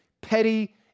petty